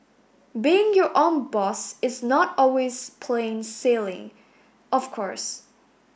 being your own boss is not always plain sailing of course